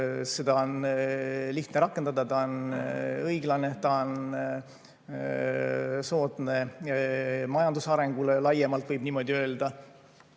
seda on lihtne rakendada, ta on õiglane ja ta on soodne majandusarengule laiemalt, võib niimoodi öelda. Paraku